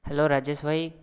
hello Rajesh ଭାଇ